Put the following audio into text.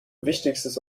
wichtigstes